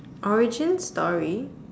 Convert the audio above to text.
origin story